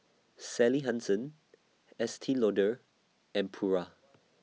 Sally Hansen Estee Lauder and Pura